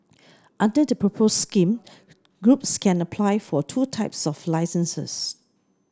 under the proposed scheme groups can apply for two types of licences